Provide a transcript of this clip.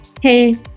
Hey